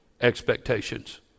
expectations